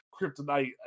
kryptonite